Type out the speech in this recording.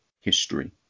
history